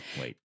Wait